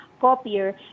copier